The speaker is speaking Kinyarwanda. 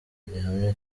gihamya